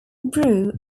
brew